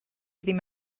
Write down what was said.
ddim